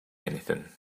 anything